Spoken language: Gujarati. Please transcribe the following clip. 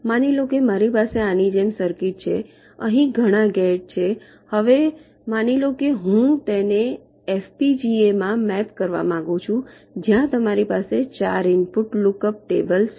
માની લો કે મારી પાસે આની જેમ સર્કિટ છે અહીં ઘણા ગેટ છે હવે માની લો કે હું તેને એફપીજીએ માં મેપ કરવા માંગું છું જ્યાં તમારી પાસે 4 ઇનપુટ લુકઅપ ટેબલ્સ છે